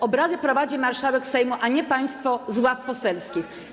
Obrady prowadzi marszałek Sejmu, a nie państwo z ław poselskich.